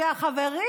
שהחברים